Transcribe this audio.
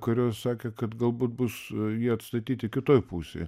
kurios sakė kad galbūt bus jie atstatyti kitoj pusėj